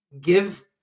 give